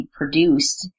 produced